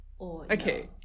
okay